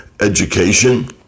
Education